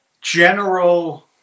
general